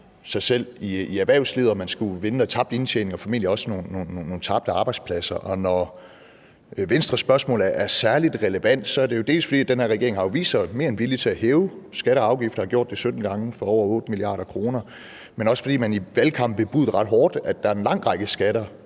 sig selv i erhvervslivet, og man skulle vinde noget tabt indtjening og formentlig også nogle tabte arbejdspladser tilbage. Når Venstres spørgsmål er særlig relevant, er det, dels fordi den her regering har vist sig mere end villig til at hæve skatter og afgifter og har gjort det 17 gange for over 8 mia. kr., men også fordi man i valgkampen bebudede ret hårdt, at der er en lang række skatter